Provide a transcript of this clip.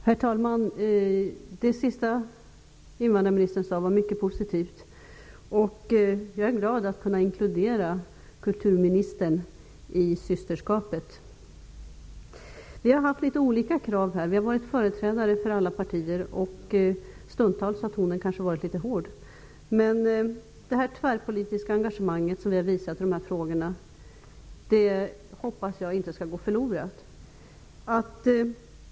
Herr talman! Det sista invandrarministern sade var mycket positivt. Jag är glad att kunna inkludera kulturministern i systerskapet. Vi har här framfört litet olika krav. Det har funnits företrädare för alla partier, och stundtals har tonen kanske varit litet hård. Jag hoppas att det tvärpolitiska engagemang vi har visat i dessa frågor inte skall gå förlorat.